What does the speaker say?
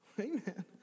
Amen